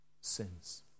sins